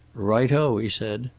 right-o, he said.